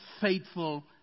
faithful